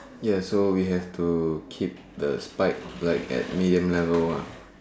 ya so we have to keep the spike like at medium level lah